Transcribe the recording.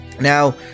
Now